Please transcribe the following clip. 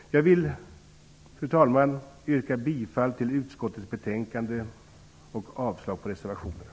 Fru talman! Jag yrkar bifall till hemställan i utskottets betänkande och avslag på reservationerna.